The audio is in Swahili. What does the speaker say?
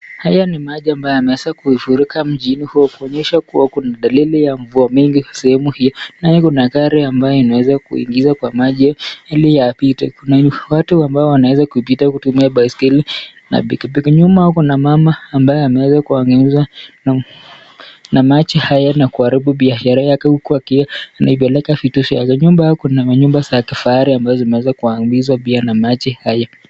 Haya ni maji ambayo yameweza kuifurika mjini huo kuonyesha kuwa kuna dalili ya mvua mingi sehemu hii. Na kuna gari ambayo inaweza kuingiza kwa maji ili yapite. Kuna watu ambao wanaweza kupita kutumia baiskeli na pikipiki. Nyuma kuna mama ambaye ameweza kugeuza na maji haya na kuharibu biashara yake huku akipeleka vitu vyake nyumba kuna manyumba za kifahari ambazo zimeweza kuangizwa pia na maji haya.